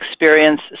experience